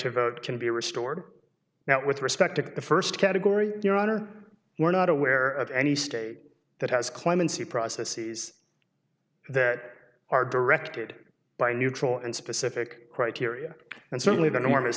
to vote can be restored now with respect to the first category your honor we're not aware of any state that has clemency processes that are directed by neutral and specific criteria and certainly the norm is